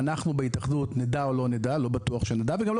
אנחנו בהתאחדות נדע או לנדע לא בטוח שנדע וגם לא